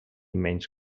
menys